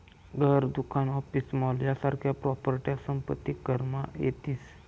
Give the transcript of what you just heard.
घर, दुकान, office, mall यासारख्या प्रॉपर्ट्या संपत्ती करमा येतीस